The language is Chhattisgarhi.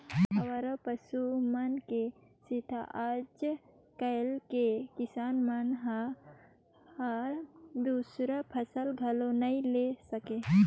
अवारा पसु मन के सेंथा आज कायल के किसान मन हर दूसर फसल घलो नई ले सके